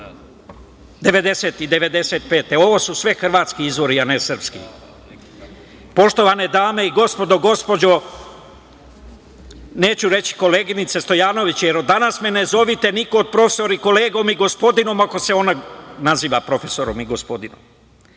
godine. Ovo su sve hrvatski izvori, a ne srpski. Poštovane dame i gospodo, gospođo, neću reći koleginice, Stojanović, jer od danas me ne zovite, niko, profesorom, kolegom i gospodinom ako se ona naziva profesorom i gospodinom. Poštovana